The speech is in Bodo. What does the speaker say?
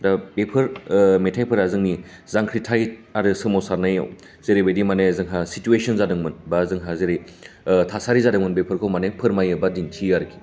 दा बेफोर मेथाइफोरा जोंनि जांख्रिथाय आरो सोमावसारनायाव जेरैबायदि माने जोंहा सिटुवेसन जादोंमोन बा जोंहा जेरै थासारि जादोंमोन बेफोरखौ फोरमायो बा दिन्थियो आरोखि